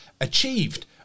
achieved